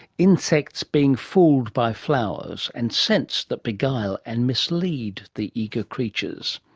insects being fooled by flowers and scents that beguile and mislead the eager creatures.